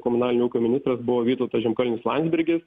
komunalinio ūkio ministras buvo vytautas žemkalnis landsbergis